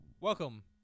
Welcome